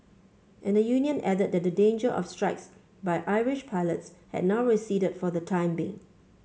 and the union added that the danger of strikes by Irish pilots had now receded for the time being